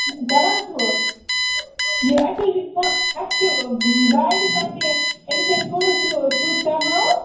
کَرَن چھُو حظ یہِ اَسہِ حظ چھُ اَسہِ چھُ برٛایڈٕ پنٕنہِ أمِس چھِ اَسہِ فوٹوٗ شو شوٗٹ کَرناوُن